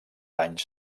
anys